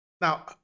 Now